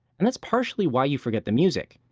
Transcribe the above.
and that's partially why you forget the music.